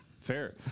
Fair